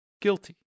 Guilty